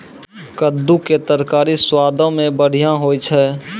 कद्दू के तरकारी स्वादो मे बढ़िया होय छै